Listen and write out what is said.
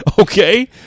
Okay